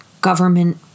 government